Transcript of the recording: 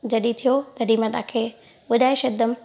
जॾहिं थियो तॾहिं मां तव्हांखे ॿुधाए छॾंदमि